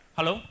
Hello